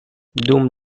dum